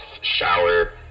shower